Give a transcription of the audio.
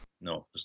No